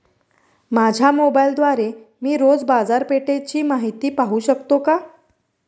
माझ्या मोबाइलद्वारे मी रोज बाजारपेठेची माहिती पाहू शकतो का?